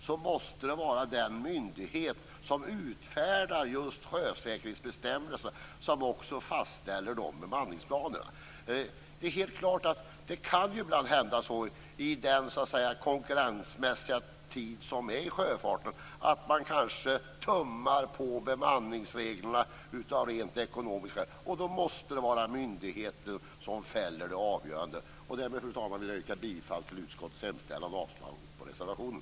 Det måste vara den myndighet som utfärdar sjösäkerhetsbestämmelserna som också fastställer bemanningsplanerna. Det är helt klart att det ibland, i den konkurrensmässiga tid som råder inom sjöfarten, kan vara så att man tummar på bemanningsreglerna av rent ekonomiska skäl. Då måste det vara myndigheten som fäller avgörandet. Därför, fru talman, vill jag yrka bifall till utskottets hemställan och avslag på reservationen.